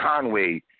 Conway